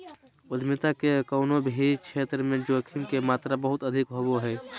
उद्यमिता के कउनो भी क्षेत्र मे जोखिम के मात्रा बहुत अधिक होवो हय